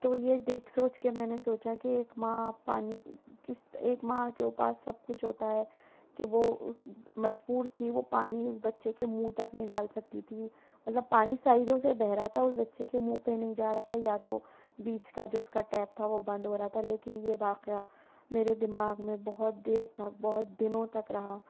تو یہ دیکھ سوچ کے میں نے سوچا کہ ایک ماں پانی کس ایک ماں کے پاس سب کچھ ہوتا ہے کہ وہ مجبور تھی وہ پانی اس بچے کے منہ تک نہیں ڈال سکتی تھی مطلب پانی سائیڈوں سے بہہ رہا تھا اس بچے کے منہ پہ نہیں جا رہا تھا یا تو بیچ کا جو اس کا ٹیب تھا وہ بند ہو رہا تھا لیکن یہ واقعہ میرے دماغ میں بہت دیر تک بہت دنوں تک رہا